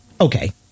okay